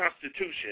Constitution